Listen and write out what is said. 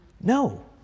No